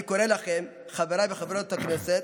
אני קורא לכם, חברי וחברות הכנסת: